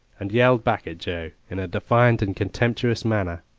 and yelled back at joe in a defiant and contemptuous manner.